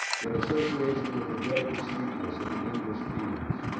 in association with the delicate sweetness of the english fields,